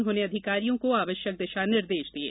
उन्होंने अधिकारियों को आवश्यक दिशा निर्देश दिये